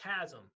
chasm